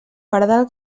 pardal